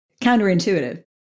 Counterintuitive